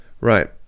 Right